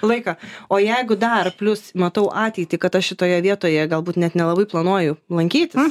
laiką o jeigu dar plius matau ateitį kad aš šitoje vietoje galbūt net nelabai planuoju lankytis